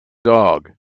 dog